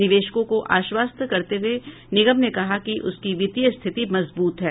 निवेशकों को आश्वस्त करते हुए निगम ने कहा कि उसकी वित्तीय स्थिति मजबूत है